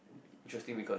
interesting because